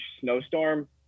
snowstorm